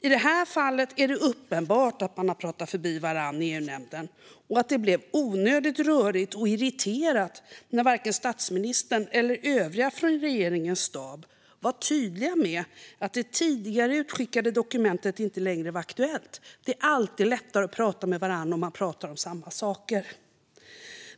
I det här fallet är det uppenbart att man pratade förbi varandra i EU-nämnden och att det blev onödigt rörigt och irriterat när varken statsministern eller övriga från regeringens stab var tydliga med att det tidigare utskickade dokumentet inte längre var aktuellt. Det är alltid lättare att prata med varandra om man pratar om samma sak.